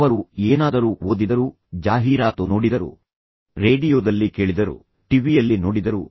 ಅವರು ಏನಾದರು ಓದಿದರು ಜಾಹೀರಾತು ನೋಡಿದರು ರೇಡಿಯೋದಲ್ಲಿ ಕೇಳಿದರು ಟಿವಿಯಲ್ಲಿ ನೋಡಿದರು